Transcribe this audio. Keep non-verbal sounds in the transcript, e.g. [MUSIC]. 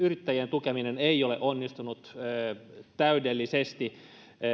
[UNINTELLIGIBLE] yrittäjien tukeminen ei ole onnistunut täydellisesti